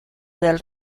del